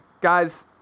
guys